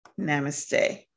namaste